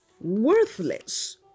worthless